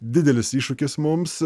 didelis iššūkis mums